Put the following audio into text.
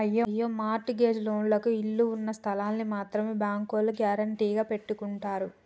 అయ్యో mortgage లోన్లకు ఇళ్ళు ఉన్నస్థలాల్ని మాత్రమే బ్యాంకోల్లు గ్యారెంటీగా పెట్టుకుంటారు